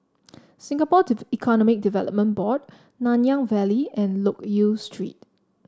Singapore Economic Development Board Nanyang Valley and Loke Yew Street